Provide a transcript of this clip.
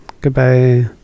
Goodbye